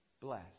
Bless